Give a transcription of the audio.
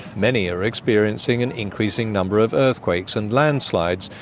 many are experiencing an increasing number of earthquakes and landslides,